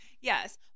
Yes